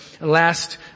last